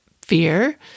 fear